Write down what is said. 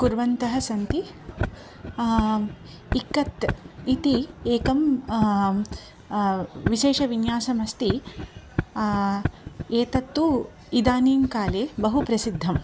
कुर्वन्तः सन्ति इक्कत् इति एकं विशेषविन्यासमस्ति एतत्तु इदानीं काले बहुप्रसिद्धम्